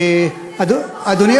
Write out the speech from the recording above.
אדוני,